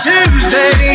Tuesday